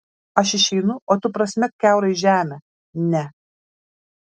aš išeinu o tu prasmek kiaurai žemę ne